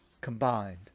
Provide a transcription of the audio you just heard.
combined